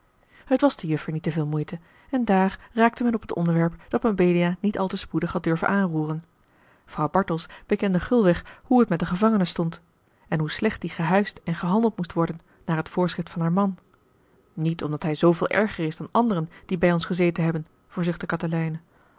het was de juffer niet te veel moeite en daar raakte men op het onderwerp dat mabelia niet al te spoedig had durven aanroeren vrouw bartels bekende gulweg hoe het met den gevangene stond en hoe slecht die gehuisd en gehandeld moest worden naar het voorschrift van haar man niet omdat hij zooveel erger is dan anderen die bij ons gezeten hebben verzuchtte katelijne